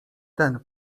ten